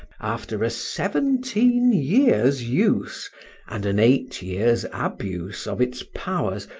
after a seventeen years' use and an eight years' abuse of its powers,